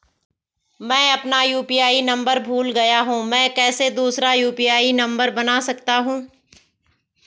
मैं अपना UPI number भूल गया हूँ मैं कैसे दूसरा यु.पी.आई नम्बर बना सकता हूँ?